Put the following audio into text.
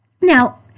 Now